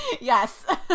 Yes